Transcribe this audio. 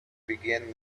begin